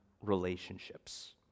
relationships